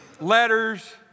Letters